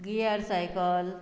gear cycle